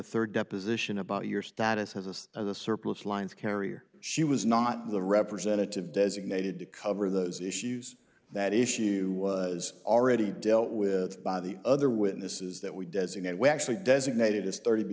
third deposition about your status as us and the surplus lines carrier she was not the representative designated to cover those issues that issue was already dealt with by the other witnesses that we designated were actually designated as thirty